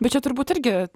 bet čia turbūt irgi